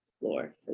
floor